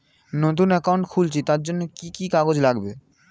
নতুন অ্যাকাউন্ট খুলছি তার জন্য কি কি কাগজ লাগবে?